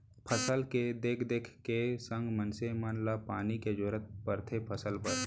फसल के देख देख के संग मनसे मन ल पानी के जरूरत परथे फसल बर